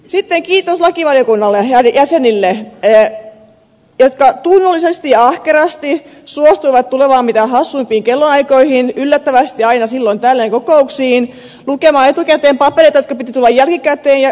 sitten kiitos lakivaliokunnan jäsenille jotka tunnollisesti ja ahkerasti suostuivat tulemaan mitä hassuimpiin kellonaikoihin yllättävästi aina silloin tällöin kokouksiin lukemaan etukäteen papereita joiden piti tulla jälkikäteen ja kaiken näköistä